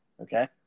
okay